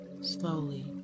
slowly